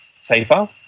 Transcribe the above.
safer